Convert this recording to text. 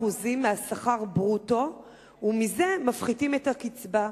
מהשכר ברוטו ומזה מפחיתים את הקצבה.